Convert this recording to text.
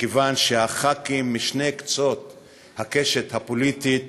מכיוון שהח"כים משני קצות הקשת הפוליטית